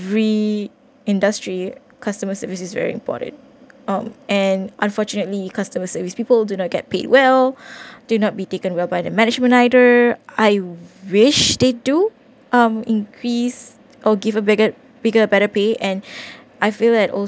every industry customer service is very important um and unfortunately the customer service people do not get paid well do not be taken well by the management either I wish they do um increase or give a bigger bigger better pay and I feel like also